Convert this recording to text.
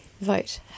vote